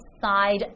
side